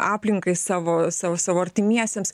aplinkai savo savo savo artimiesiems